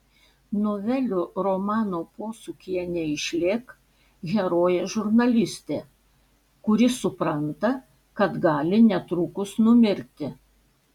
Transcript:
novelių romano posūkyje neišlėk herojė žurnalistė kuri supranta kad gali netrukus numirti